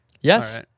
yes